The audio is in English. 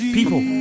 People